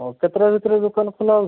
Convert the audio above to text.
ହଉ କେତେଟା ଭିତରେ ଦୋକାନ ଖୋଲା ହେଉଛି